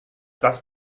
das